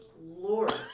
lord